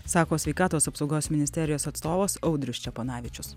sako sveikatos apsaugos ministerijos atstovas audrius ščeponavičius